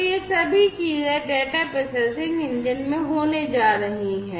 तो ये सभी चीजें डेटा प्रोसेसिंग इंजन में होने जा रही हैं